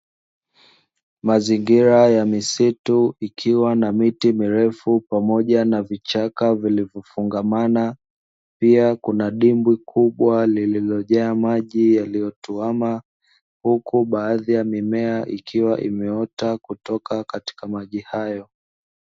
Mazingira ya misitu, ikiwa na miti mirefu pamoja na vichaka vilivyofungamana, pia kuna dimbwi kubwa lililojaa maji yaliyotuama, huku baadhi ya mimea ikiwa imeota kutoka katika maji hayo.